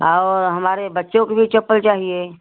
और हमारे बच्चों को भी चप्पल चाहिए